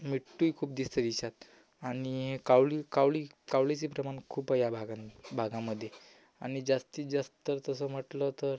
मिठ्ठूही खूप दिसते तिच्यात आणि कावळी कावळी कावळीचे प्रमाण खूप आहे या भागात भागामध्ये आणि जास्तीत जास्त तसं म्हटलं तर